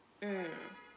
mm